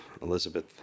Elizabeth